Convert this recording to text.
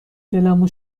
دلمو